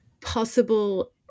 possible